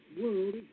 world